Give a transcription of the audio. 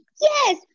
Yes